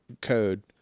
code